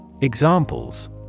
Examples